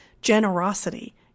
generosity